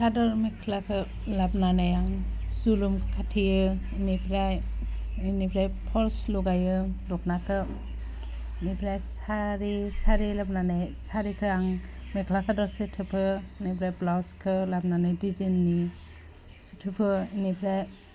सादोर मेख्लाखौ लाबोनानै आं सुलुम खाथेयो इनिफ्राय बेनिफ्राय पलस लगायो दख'नाखौ बेनिफ्राय सारि सारि लाबोनानै सारिखौ आं मेख्ला सादोर सोथोबो बेनिफ्राय ब्लाउसखौ लाबोनानै डिजेन्डनि सिथोफो बेनिफ्राय